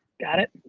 got it?